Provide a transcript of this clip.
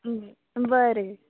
बरें